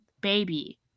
baby